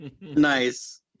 Nice